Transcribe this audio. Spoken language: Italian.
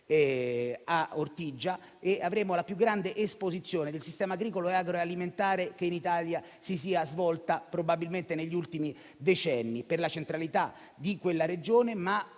a Ortigia avremo la più grande esposizione del sistema agricolo e agroalimentare che in Italia si sia svolta probabilmente negli ultimi decenni, per la centralità di quella Regione;